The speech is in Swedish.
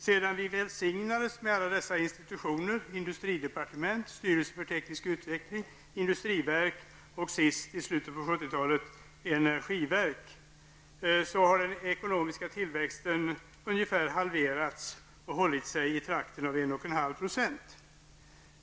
Sedan vi välsinnats med alla dessa institutioner har den ekonomiska tillväxten ungefär halverats och hållit sig i närheten av 1,5 %.